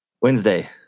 Wednesday